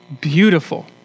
beautiful